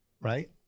Right